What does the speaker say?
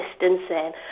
distancing